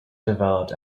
developed